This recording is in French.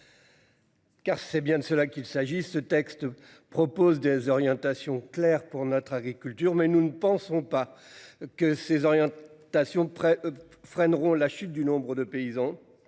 Car c'est bien de cela qu'il s'agisse ce texte propose des orientations claires pour notre agriculture, mais nous ne pensons pas que ces. Stations de près freineront la chute du nombre de paysans.